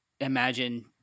imagine